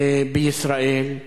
בישראל,